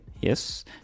Yes